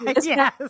Yes